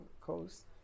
coast